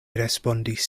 respondis